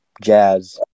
jazz